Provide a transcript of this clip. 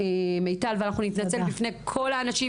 ונתנצל בפני כל האנשים